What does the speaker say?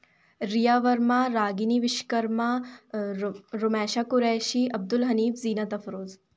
रिया वर्मा रागिनी विश्वकर्मा रो रोमेसा कुरैशी अब्दुल हनीफ़ ज़ीनत अफ़रोज़